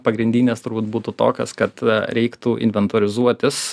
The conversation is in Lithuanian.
pagrindinės turbūt būtų tokios kad reiktų inventorizuotis